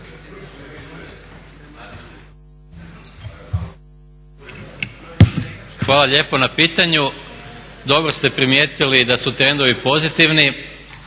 Hvala lijepo na pitanju. Dobro ste primijetili da su trendovi pozitivni,